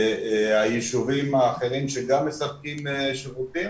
היישובים האחרים שגם מספקים שירותים